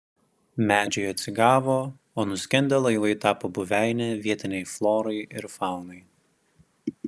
medžiai atsigavo o nuskendę laivai tapo buveine vietinei florai ir faunai